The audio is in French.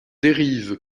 dérive